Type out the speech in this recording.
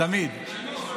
תמיד.